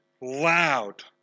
loud